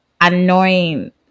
annoying